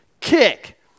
kick